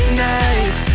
night